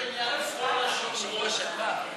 את הצעת חוק המרכז להנצחת מורשת גוש קטיף